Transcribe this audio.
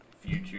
future